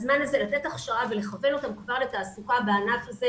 בזמן הזה לתת הכשרה ולכוון אותם כבר לתעסוקה בענף הזה.